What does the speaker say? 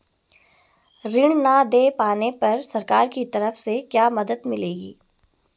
ऋण न दें पाने पर सरकार की तरफ से क्या मदद मिलेगी?